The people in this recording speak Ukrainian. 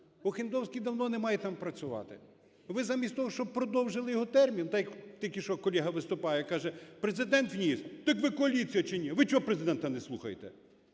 Охендовський давно не має там працювати. Ви замість того, щоб продовжити його термін, так як тільки що колега виступає, каже, Президент вніс. Так ви – коаліція чи ні?! Ви чого Президента не слухаєте?!